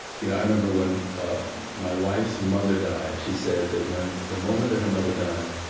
you know, i remember when my wife's mother died, she said that when the moment that her mother died,